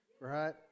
right